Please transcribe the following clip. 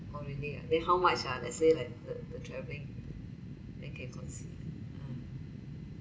[oh} really ah then how much ah let's say like the the travelling then can consider mm